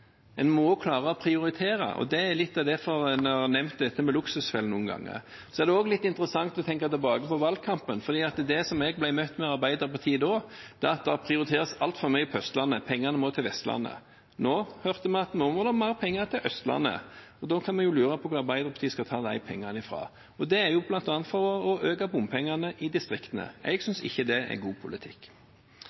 en må klare å prioritere, og det er litt derfor en har nevnt dette med luksusfellen noen ganger. Det er også litt interessant å tenke tilbake på valgkampen, for det jeg ble møtt med fra Arbeiderpartiet da, var at det prioriteres altfor mye på Østlandet, pengene må til Vestlandet. Nå hørte vi at nå må det komme mer penger til Østlandet, og da kan vi jo lure på hvor Arbeiderpartiet skal ta de pengene fra. Det er bl.a. ved å øke bompengene i distriktene. Jeg synes ikke det er god politikk.